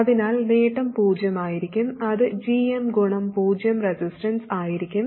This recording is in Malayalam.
അതിനാൽ നേട്ടം പൂജ്യമായിരിക്കും അത് gm ഗുണം പൂജ്യം റെസിസ്റ്റൻസ് ആയിരിക്കും